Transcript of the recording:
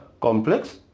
complex